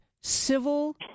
civil